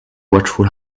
watchful